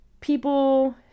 people